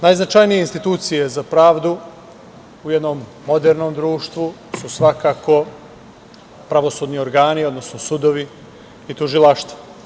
Najznačajnije institucije za pravdu u jednom modernom društvu su svakako pravosudni organi odnosno sudovi i tužilaštva.